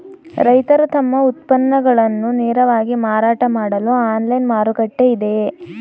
ರೈತರು ತಮ್ಮ ಉತ್ಪನ್ನಗಳನ್ನು ನೇರವಾಗಿ ಮಾರಾಟ ಮಾಡಲು ಆನ್ಲೈನ್ ಮಾರುಕಟ್ಟೆ ಇದೆಯೇ?